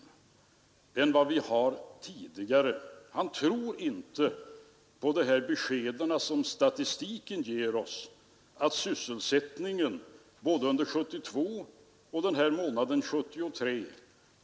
Det är ingen risk nu, har det sagts.